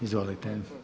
Izvolite.